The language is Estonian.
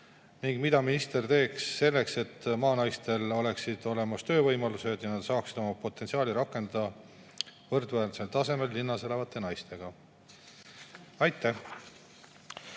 eest? Mida minister teeks selleks, et maanaistel oleksid olemas töövõimalused ja nad saaksid oma potentsiaali rakendada võrdväärsel tasemel linnas elavate naistega? Aitäh!